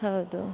ಹೌದು